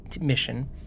mission